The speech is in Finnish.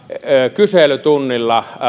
kyselytunnilla kysymyksiin